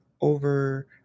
over